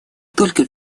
только